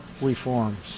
reforms